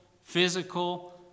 physical